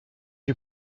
you